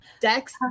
Dex